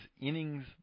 innings